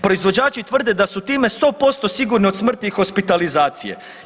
Proizvođači tvrde da su time 100% sigurni od smrti i hospitalizacije.